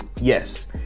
yes